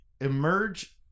emerge